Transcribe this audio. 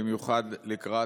במיוחד לקראת,